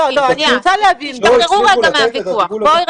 פשוט לא הצליחו לתת את הטיפול --- וגם